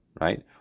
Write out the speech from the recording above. right